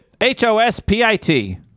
H-O-S-P-I-T